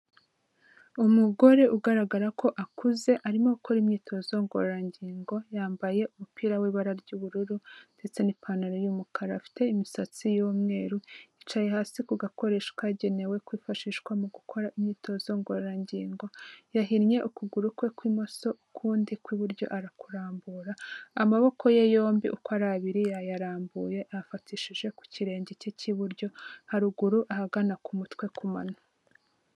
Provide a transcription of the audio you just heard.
Umugore ugaragara ko akuze arimo gukora imyitozo ngororangingo, yambaye umupira w'ibara ry'ubururu ndetse n'ipantaro y'umukara, afite imisatsi y'umweru yicaye hasi ku gakoreshwa kagenewe kwifashishwa mu gukora imyitozo ngororangingo, yahinnye ukuguru kwe kw'imoso ukundi kw'iburyo arakurambura, amaboko ye yombi uko ari abiri yayarambuye ayafatishije ku kirenge cye cy'iburyo haruguru ahagana ku mutwe ku mano.